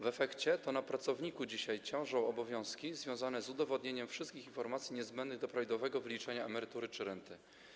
W efekcie to na pracowniku dzisiaj ciążą obowiązki związane z udowodnieniem wszystkich informacji niezbędnych do prawidłowego wyliczenia emerytury czy renty.